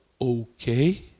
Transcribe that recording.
okay